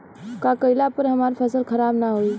का कइला पर हमार फसल खराब ना होयी?